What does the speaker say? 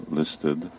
listed